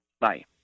Bye